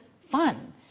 fun